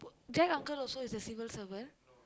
Jack uncle also is a civil servant